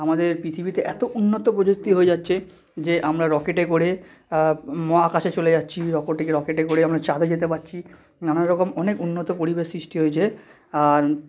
আমাদের পৃথিবীতে এত উন্নত প্রযুক্তি হয়ে যাচ্ছে যে আমরা রকেটে করে মহাকাশে চলে যাচ্ছি অপরদিকে রকেটে করে আমরা চাঁদে যেতে পারছি নানান রকম অনেক উন্নত পরিবেশ সৃষ্টি হয়েছে আর